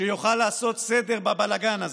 שיוכל לעשות סדר בבלגן הזה,